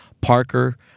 Parker